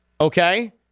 Okay